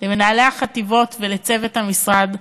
למנהלי החטיבות ולצוות המשרד,